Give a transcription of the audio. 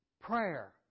Prayer